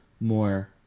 more